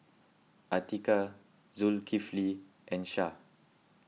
Atiqah Zulkifli and Syah